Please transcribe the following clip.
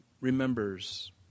remembers